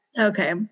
Okay